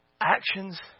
Actions